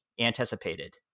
anticipated